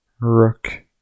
rook